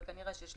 אבל כנראה 13,